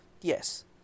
Yes